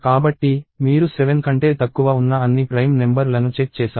కాబట్టి మీరు 7 కంటే తక్కువ ఉన్న అన్ని ప్రైమ్ నెంబర్ లను చెక్ చేసారు